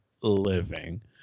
living